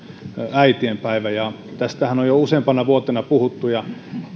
äitienpäivä niin tästä on jo useampana vuotena puhuttu ja